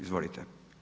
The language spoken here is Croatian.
Izvolite.